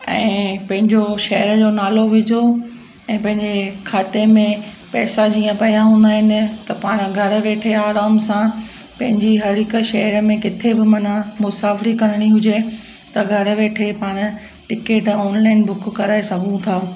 ऐं पंहिंजो शहर जो नालो विझो ऐं पंहिंजे खाते में पैसा जीअं पिया हूंदा आहिनि त पाण घरु वेठे आराम सां पंहिंजी हर हिकु शहर में किथे बि माना मुसाफ़िरी करिणी हुजे त घरु वेठे पाण टिकट ऑनलाइन बुक करे सघूं था